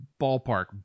ballpark